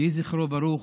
יהי זכרו ברוך.